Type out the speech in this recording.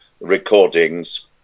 recordings